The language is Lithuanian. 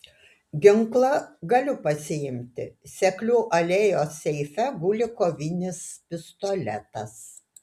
ginklą galiu pasiimti seklių alėjos seife guli kovinis pistoletas